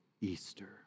Easter